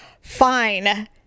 fine